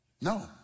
No